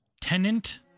Tenant